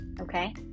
okay